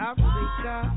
Africa